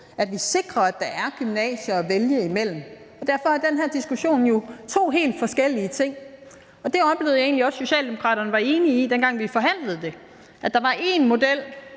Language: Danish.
at vi sikrer, at der er gymnasier at vælge imellem. Derfor er den her diskussion jo to helt forskellige ting. Og det oplevede jeg egentlig også at Socialdemokraterne var enige i, dengang vi forhandlede det, altså at der var én model